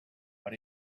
but